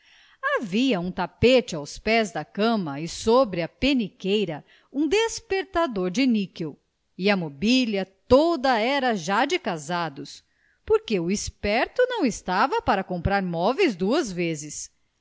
havia um tapete aos pés da cama e sobre a peniqueira um despertador de níquel e a mobília toda era já de casados porque o esperto não estava para comprar móveis duas vezes